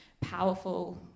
powerful